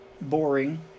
boring